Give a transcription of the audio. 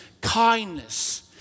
kindness